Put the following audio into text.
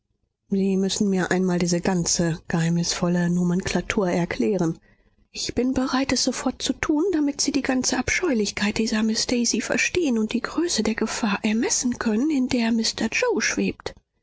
sie müssen mir einmal diese ganze geheimnisvolle nomenklatur erklären ich bin bereit es sofort zu tun damit sie die ganze abscheulichkeit dieser miß daisy verstehen und die größe der gefahr ermessen können in der mr yoe schwebt